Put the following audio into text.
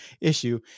issue